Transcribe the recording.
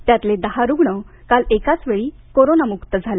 त्यातले दहा रूग्ण काल एकाचवेळी कोरोनामुक्त झाले